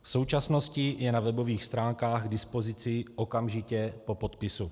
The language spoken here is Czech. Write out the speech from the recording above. V současnosti je na webových stránkách k dispozici okamžitě po podpisu.